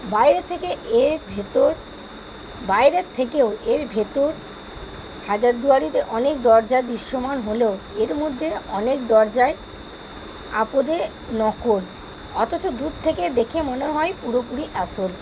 বাইরে থেকে এর ভিতর বাইরের থেকেও এর ভিতর হাজারদুয়ারিতে অনেক দরজা দৃশ্যমান হলেও এর মধ্যে অনেক দরজা আদতে নকল অথচ দূর থেকে দেখে মনে হয় পুরোপুরি আসল